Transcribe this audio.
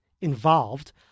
involved